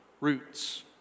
Roots